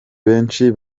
benshi